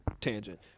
tangent